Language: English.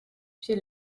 she